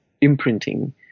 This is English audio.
imprinting